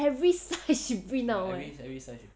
every size she print out eh